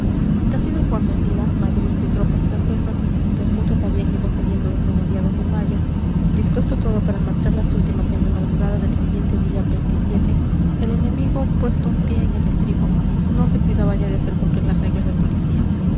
muertos casi desguarnecida madrid de tropas francesas pues muchas habían ido saliendo desde mediados de mayo dispuesto todo para marchar las últimas en la madrugada del siguiente día el enemigo puesto un pie en el estribo no se cuidaba ya de hacer cumplir las reglas de policía